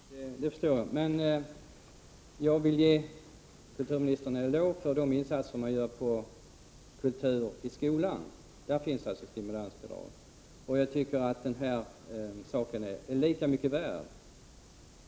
Herr talman! Jag förstår det. Jag vill ge kulturministern en eloge för de insatser som görs för kulturen i skolan. Där ges stimulansbidrag. Jag tycker att naturskolorna är lika mycket värda.